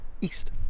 east